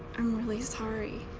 i'm really sorry